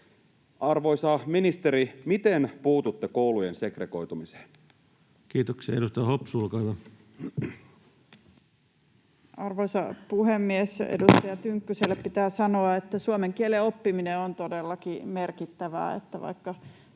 Arvoisa ministeri, miten puututte koulujen segregoitumiseen? Kiitoksia. — Edustaja Hopsu, olkaa hyvä. Arvoisa puhemies! Edustaja Tynkkyselle pitää sanoa, että suomen kielen oppiminen on todellakin merkittävää.